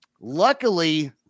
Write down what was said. Luckily